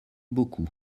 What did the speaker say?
beaucoup